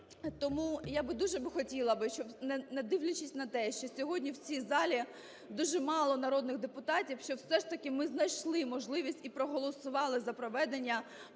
Тому я би дуже би хотіла, щоб, не дивлячись на те, що сьогодні в цій залі дуже мало народних депутатів, щоб все ж таки ми знайшли можливість і проголосували за проведення